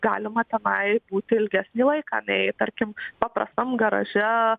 galima tenai būti ilgesnį laiką nei tarkim paprastam garaže